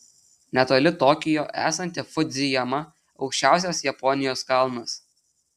netoli tokijo esanti fudzijama aukščiausias japonijos kalnas